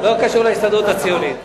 לא קשור להסתדרות הציונית.